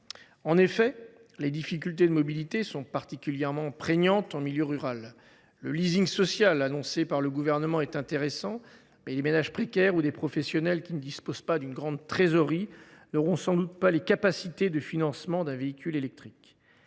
En effet, les difficultés en matière de mobilité sont particulièrement prégnantes en milieu rural. Le social annoncé par le Gouvernement est intéressant, mais les ménages précaires ou les professionnels qui ne disposent pas d’une grande trésorerie ne seront sans doute pas en mesure de financer un véhicule électrique.